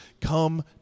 come